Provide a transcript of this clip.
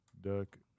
Duck